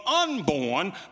unborn